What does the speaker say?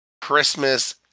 Christmas